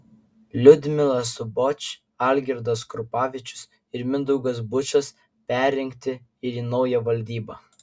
liudmila suboč algirdas krupavičius ir mindaugas bučas perrinkti ir į naują valdybą